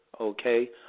okay